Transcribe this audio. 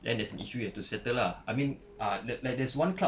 then there's an issue you have to settle lah I mean ah like like there's one club